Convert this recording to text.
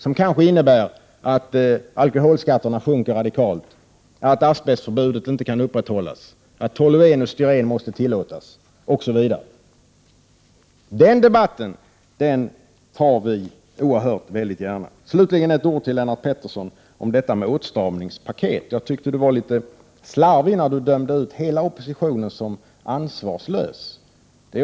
Det kan vara en anpassning som gör att alkoholskatterna sjunker radikalt, att asbestförbudet inte kan upprätthållas, att toulen och styren måste tillåtas osv. Den debatten tar vi mycket gärna. Jag vill slutligen säga några ord till Lennart Pettersson med anledning av det han sade om åtstramingspaket. Jag tyckte att han var litet slarvig när han dömde ut hela oppositionen som ansvarslös.